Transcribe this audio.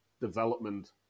development